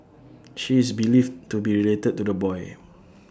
she is believed to be related to the boy